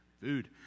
Food